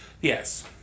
Yes